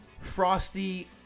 Frosty